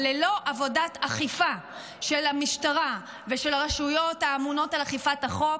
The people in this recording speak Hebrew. אבל ללא עבודת אכיפה של המשטרה ושל הרשויות האמונות על אכיפת החוק,